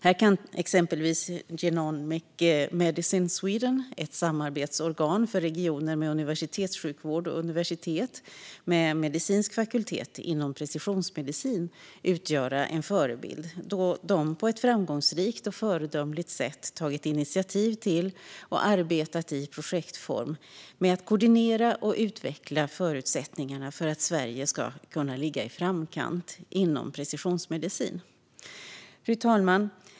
Här kan exempelvis Genomic Medicine Sweden - ett samarbetsorgan för regioner med universitetssjukvård och universitet med medicinsk fakultet inom precisionsmedicin - utgöra en förebild, då man på ett framgångsrikt och föredömligt sätt tagit initiativ till och arbetat i projektform med att koordinera och utveckla förutsättningarna för att Sverige ska kunna ligga i framkant inom precisionsmedicin. Fru talman!